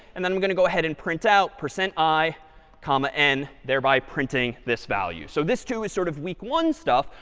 and then i'm going to go ahead and print out, percent i comma n, thereby printing this value. so this too is sort of week one stuff,